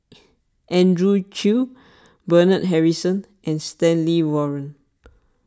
Andrew Chew Bernard Harrison and Stanley Warren